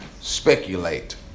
Speculate